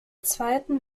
zweiten